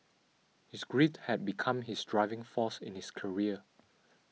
his grief had become his driving force in his career